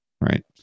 right